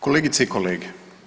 Kolegice i kolege.